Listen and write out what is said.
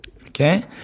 Okay